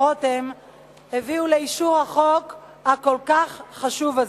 רותם הביאו לאישור החוק הכל-כך חשוב הזה.